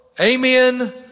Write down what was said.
Amen